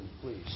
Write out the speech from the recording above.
please